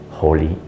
Holy